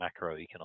macroeconomic